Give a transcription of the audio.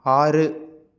ஆறு